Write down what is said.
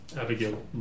Abigail